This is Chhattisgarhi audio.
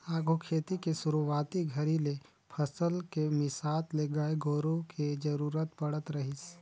आघु खेती के सुरूवाती घरी ले फसल के मिसात ले गाय गोरु के जरूरत पड़त रहीस